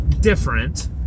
different